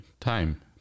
Time